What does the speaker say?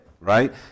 right